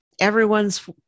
everyone's